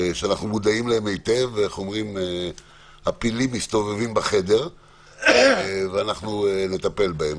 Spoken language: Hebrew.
שאנחנו מודעים להם היטב והפילים מסתובבים בחדר ונטפל בהם.